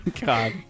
God